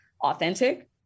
authentic